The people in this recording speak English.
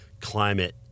climate